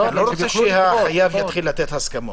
אני לא רוצה שהחייב יתחיל לתת הסכמות.